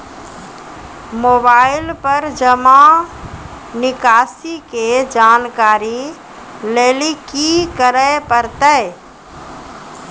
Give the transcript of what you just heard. Mobile पर जमा निकासी के जानकरी लेली की करे परतै?